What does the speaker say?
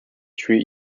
treat